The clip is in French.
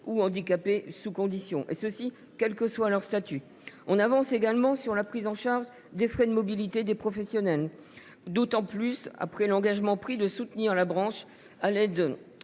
handicapées, sous condition, quel que soit leur statut. Nous avançons également sur la prise en charge des frais de mobilité des professionnels, surtout après l’engagement pris de soutenir la branche de l’aide